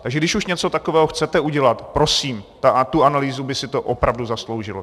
Takže když už něco takového chcete udělat, prosím, tu analýzu by si to opravdu zasloužilo.